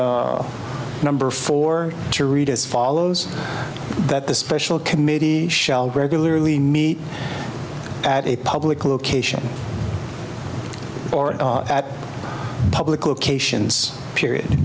the number four to read as follows that the special committee shall regularly meet at a public location or at public locations period